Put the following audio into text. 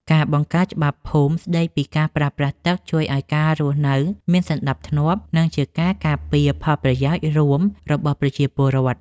ការបង្កើតច្បាប់ភូមិស្តីពីការប្រើប្រាស់ទឹកជួយឱ្យការរស់នៅមានសណ្តាប់ធ្នាប់ និងជាការការពារផលប្រយោជន៍រួមរបស់ប្រជាពលរដ្ឋ។